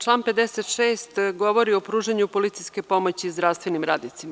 Član 56. govori o pružanju policijske pomoći zdravstvenim radnicima.